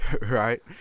right